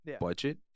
budget